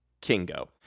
Kingo